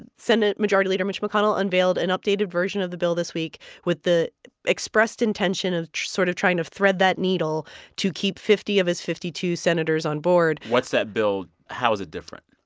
and senate majority leader mitch mcconnell unveiled an updated version of the bill this week with the expressed intention of sort of trying to thread that needle to keep fifty of his fifty two senators on board what's that bill? how is it different?